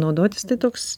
naudotis tai toks